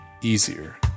easier